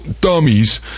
dummies